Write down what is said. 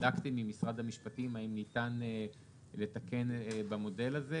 בדקתם עם משרד המשפטים האם ניתן לתקן במודל הזה?